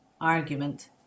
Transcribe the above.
argument